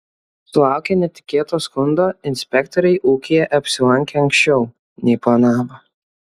sulaukę netikėto skundo inspektoriai ūkyje apsilankė anksčiau nei planavo